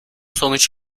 sonuç